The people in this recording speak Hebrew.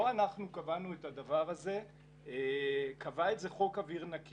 היא עוד לא אושרה באופן רשמי בממשלה כפי שעלה פה וחוזר בכל הדיון.